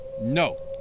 No